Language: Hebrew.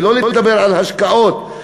ולא לדבר על השקעות,